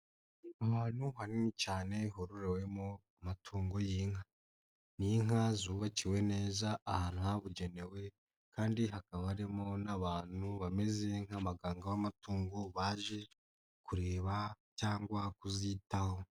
Ahantu hanini cyane hororewemo amatungo y'inka, ni inka zubakiwe neza ahantu habugenewe kandi hakaba harimo n'abantu bameze nk'abaganga b'amatungo, baje kureba cyangwa kuzitaho.